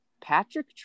Patrick